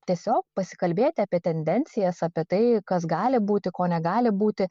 tiesiog pasikalbėti apie tendencijas apie tai kas gali būti ko negali būti